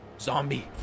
Zombie